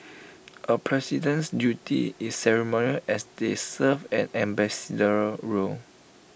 A president's duty is ceremonial as they serve an ambassadorial role